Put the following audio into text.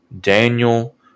Daniel